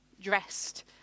dressed